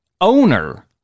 owner